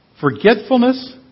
Forgetfulness